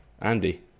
Andy